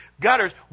gutters